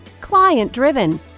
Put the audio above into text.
client-driven